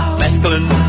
masculine